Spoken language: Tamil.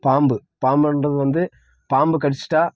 பாம்பு பாம்புன்றது வந்து பாம்பு கடிச்சிட்டால்